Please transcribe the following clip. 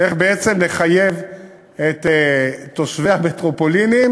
איך בעצם לחייב את תושבי המטרופולינים